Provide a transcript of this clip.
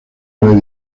los